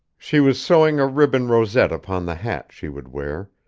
she was sewing a ribbon rosette upon the hat she would wear,